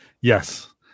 Yes